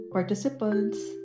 Participants